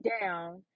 down